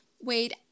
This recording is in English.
Wait